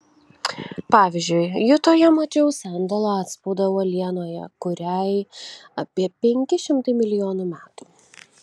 pavyzdžiui jutoje mačiau sandalo atspaudą uolienoje kuriai apie penki šimtai milijonų metų